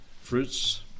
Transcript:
fruits